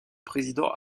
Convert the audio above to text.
président